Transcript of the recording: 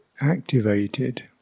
activated